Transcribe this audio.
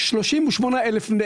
38 אלף תושבים.